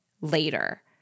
later